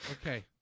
Okay